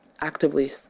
actively